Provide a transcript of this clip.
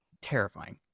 terrifying